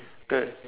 third